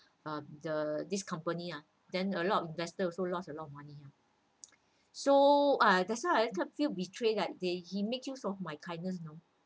uh the this company ah then a lot of investors also lost a lot of money ah so I that's why I feel betrayed like he make use of my kindness you know